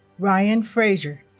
ryan fraser